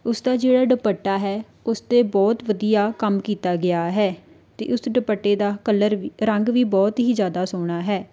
ਉਸਦਾ ਜਿਹੜਾ ਦੁਪੱਟਾ ਹੈ ਉਸ 'ਤੇ ਬਹੁਤ ਵਧੀਆ ਕੰਮ ਕੀਤਾ ਗਿਆ ਹੈ ਅਤੇ ਉਸ ਦੁਪੱਟੇ ਦਾ ਕਲਰ ਵ ਰੰਗ ਵੀ ਬਹੁਤ ਹੀ ਜ਼ਿਆਦਾ ਸੋਹਣਾ ਹੈ